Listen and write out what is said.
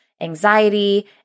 anxiety